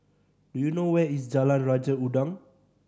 do you know where is Jalan Raja Udang